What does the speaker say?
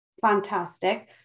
Fantastic